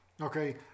Okay